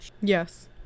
yes